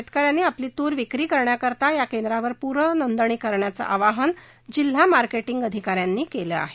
शेतकऱ्यांनी आपली तूर विक्री करण्याकरता या केद्रांवर पूर्व नोंदणी करावी असं आवाहन जिल्हा मार्केटिंग अधिकारी यांनी केलं आहे